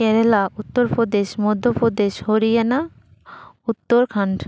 Kerala Uttar Pradesh Madhya Pradesh Haryana Uttarakhand